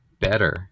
better